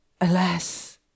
Alas